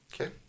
Okay